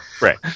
Right